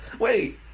Wait